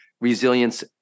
resilience